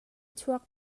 chuak